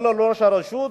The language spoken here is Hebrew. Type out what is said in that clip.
לא לראש הרשות,